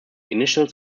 initials